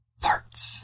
Farts